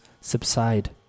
subside